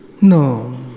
No